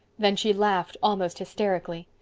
then she laughed almost hysterically.